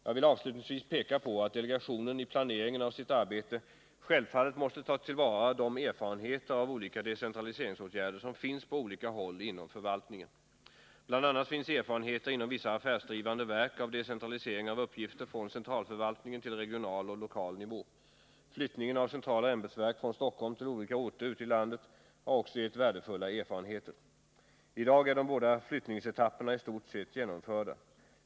Jag vill avslutningsvis peka på att delegationen i planeringen av sitt arbete självfallet måste ta till vara de erfarenheter av olika decentraliseringsåtgärder som finns på olika håll inom förvaltningen. Bl. a. finns erfarenheter inom vissa affärsdrivande verk av decentralisering av uppgifter från centralförvaltningen till regional och lokal nivå. Flyttningen av centrala ämbetsverk från Stockholm till olika orter ute i landet har också gett värdefulla erfarenheter. I dag är de båda flyttningsetapperna i stort sett genomförda.